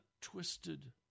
twisted